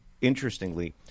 interestingly